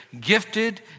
gifted